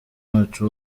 wacu